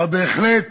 אבל בהחלט